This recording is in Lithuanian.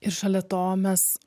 ir šalia to mes